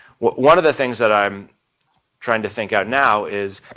one of the things that i'm trying to think out now is,